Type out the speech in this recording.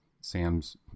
Sam's